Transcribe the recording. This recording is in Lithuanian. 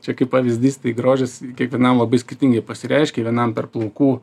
čia kaip pavyzdys tai grožis kiekvienam labai skirtingai pasireiškia vienam per plaukų